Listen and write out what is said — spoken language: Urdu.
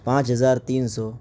پانچ ہزار تین سو